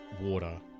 Water